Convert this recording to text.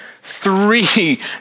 Three